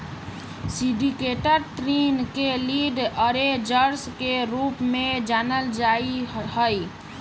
syndicated ऋण के lead arrangers के रूप में जानल जा हई